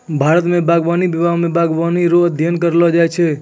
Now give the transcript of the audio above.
भारत मे बागवानी विभाग मे बागवानी रो अध्ययन करैलो जाय छै